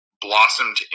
blossomed